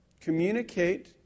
communicate